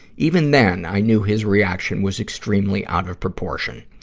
even then, i knew his reaction was extremely out of proportion.